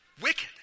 wicked